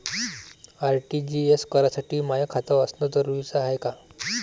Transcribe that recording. RTGS करासाठी माय खात असनं जरुरीच हाय का?